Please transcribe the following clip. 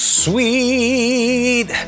sweet